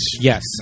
Yes